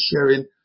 sharing